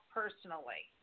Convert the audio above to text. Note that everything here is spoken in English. personally